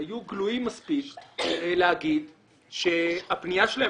הם היו גלויים מספיק להגיד שהפנייה שלהם